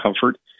comfort